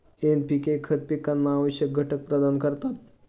NPK खते पिकांना आवश्यक घटक प्रदान करतात